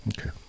Okay